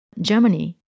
Germany